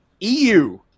EU